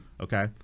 okay